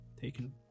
taken